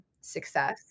success